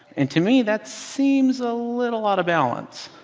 and to me that seems a little out of balance.